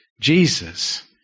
Jesus